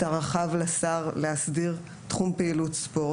הרחב לשר בעניין הסדרת תחום פעילות ספורט,